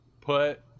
put